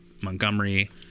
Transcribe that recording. Montgomery